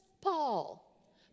Paul